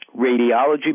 radiology